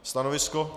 Stanovisko?